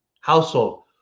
household